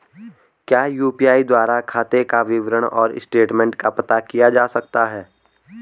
क्या यु.पी.आई द्वारा खाते का विवरण और स्टेटमेंट का पता किया जा सकता है?